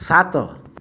ସାତ